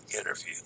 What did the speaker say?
interview